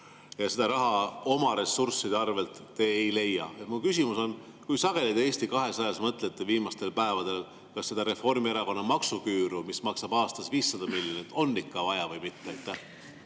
Ja seda raha oma ressursside arvelt te ei leia. Mu küsimus on: kui sageli te Eesti 200‑s olete viimastel päevadel mõelnud, kas seda Reformierakonna maksuküüru, mis maksab aastas 500 miljonit, on ikka vaja või mitte?